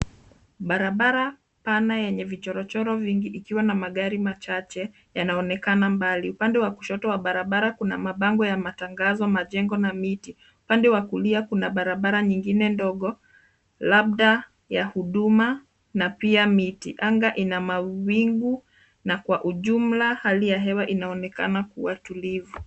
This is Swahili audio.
Barabara pana yenye vichorochoro vingi ikiwa na magari machache yanaonekana mbali. Upande wa kushoto wa barabara kuna mabango ya matangazo, majengo na miti. Upande wa kulia kuna barabara nyingine ndogo, labda ya huduma na pia miti. Anga ina mawingu na kwa ujumla hali ya hewa inaonekana kuwa tulivu.